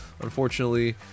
unfortunately